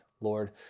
Lord